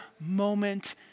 moment